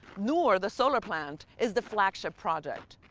noor, the solar plant, is the flagship project.